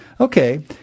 Okay